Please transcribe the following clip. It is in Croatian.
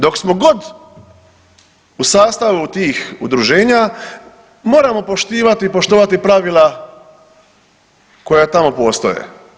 Dok smo god u sastavu tih udruženja moramo poštivati i poštovati pravila koja tamo postoje.